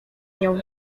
nią